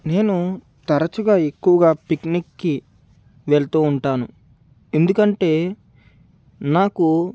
నేను తారచుగా ఎక్కువగా పిక్నిక్కి వెళ్తూ ఉంటాను ఎందుకంటే నాకు